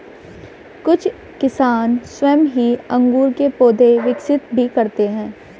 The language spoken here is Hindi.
कुछ किसान स्वयं ही अंगूर के पौधे विकसित भी करते हैं